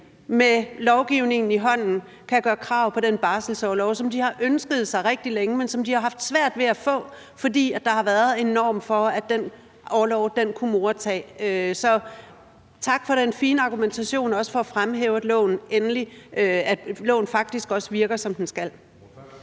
med lovgivningen i hånden, kan gøre krav på den barselsorlov, som de har ønsket sig rigtig længe, men som de har haft svært ved at få, fordi der har været en norm for, at den orlov kunne mor tage. Så tak for den fine argumentation og også for at fremhæve, at loven faktisk også virker, som den skal.